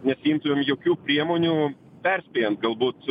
nesiimtumėm jokių priemonių perspėjant galbūt